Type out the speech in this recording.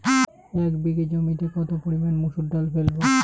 এক বিঘে জমিতে কত পরিমান মুসুর ডাল ফেলবো?